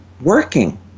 working